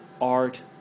art